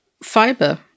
Fiber